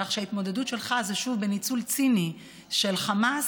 כך שההתמודדות שלך היא שוב עם ניצול ציני של חמאס,